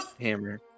Hammer